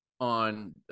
on